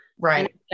Right